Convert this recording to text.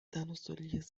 تناسلی